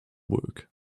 work